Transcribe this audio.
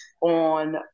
on